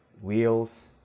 Wheels